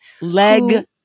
Leg